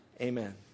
Amen